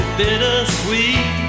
bittersweet